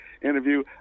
interview